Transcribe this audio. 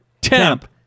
temp